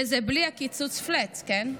וזה בלי קיצוץ פלאט, כן?